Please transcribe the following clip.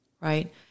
right